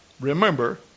remember